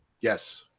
Yes